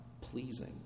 pleasing